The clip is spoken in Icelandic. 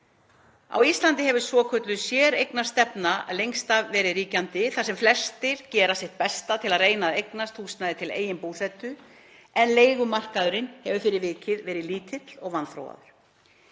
Á Íslandi hefur svokölluð séreignarstefna lengst af verið ríkjandi þar sem flestir gera sitt besta til að reyna að eignast húsnæði til eigin búsetu, en leigumarkaðurinn hefur fyrir vikið verið lítill og vanþróaður.